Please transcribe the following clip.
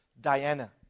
Diana